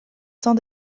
sans